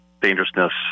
dangerousness